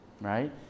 Right